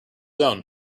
own